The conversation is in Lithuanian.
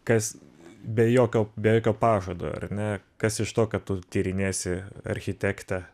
kas be jokio be jokio pažado ar ne kas iš to kad tu tyrinėsi architekte